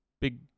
big